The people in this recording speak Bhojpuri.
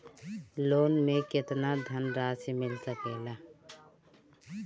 लोन मे केतना धनराशी मिल सकेला?